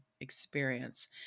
experience